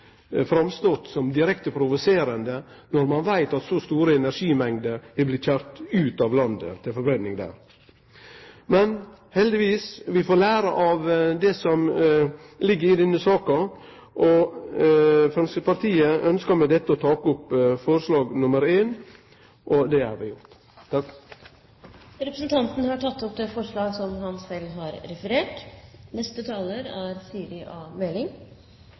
fram som direkte provoserande når ein veit at så store energimengder er køyrde ut av landet til forbrenning. Heldigvis, vi får lære av det som ligg i denne saka, og Framstegspartiet ønskjer med dette å ta opp forslaga nr. 1 og 2. Representanten Oskar Jarle Grimstad har tatt opp de forslagene han refererte til. Jeg vil først berømme saksordføreren for vel utført arbeid, og for godt samarbeid i denne saken. Det er